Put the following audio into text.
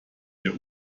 der